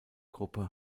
gruppe